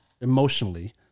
emotionally